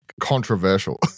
controversial